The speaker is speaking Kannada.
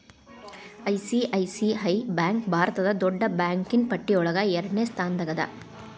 ಐ.ಸಿ.ಐ.ಸಿ.ಐ ಬ್ಯಾಂಕ್ ಭಾರತದ್ ದೊಡ್ಡ್ ಬ್ಯಾಂಕಿನ್ನ್ ಪಟ್ಟಿಯೊಳಗ ಎರಡ್ನೆ ಸ್ಥಾನ್ದಾಗದ